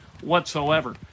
whatsoever